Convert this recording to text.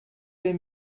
lès